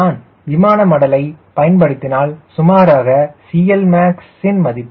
நான் விமான மடலையை பயன்படுத்தினால் சுமாராக Clmax வின் மதிப்பு 1